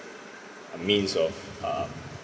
uh means of um